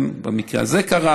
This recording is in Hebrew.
במקרה הזה זה קרה,